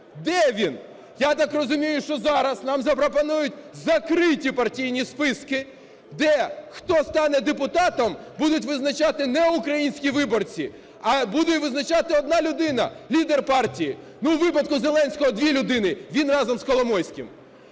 Де він? Я так розумію, що зараз нам запропонують закриті партійні списки, де, хто стане депутатом, будуть визначати не українські виборці, а буде визначати одна людина – лідер партії. Ну, у випадку Зеленського - дві людини: він разом з Коломойським.